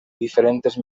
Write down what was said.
diferentes